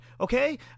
Okay